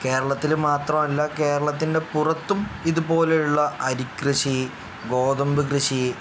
കേരളത്തിൽ മാത്രമല്ല കേരളത്തിൻ്റെ പുറത്തും ഇതുപോലെയുള്ള അരി കൃഷി ഗോതമ്പ് കൃഷി